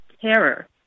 terror